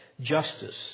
justice